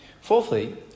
Fourthly